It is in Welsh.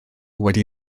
wedi